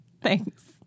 Thanks